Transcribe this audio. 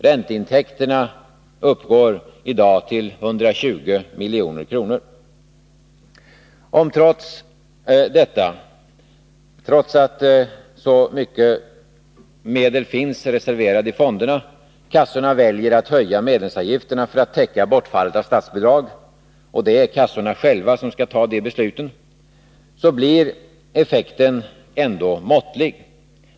Ränteintäkterna uppgår i dag till 120 milj.kr. Om, trots att så mycket medel finns reserverade i fonderna, kassorna väljer att höja medlemsavgifterna för att täcka bortfallet av statsbidrag — och det är kassorna själva som skall ta de besluten — så blir effekten ändå måttlig.